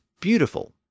beautiful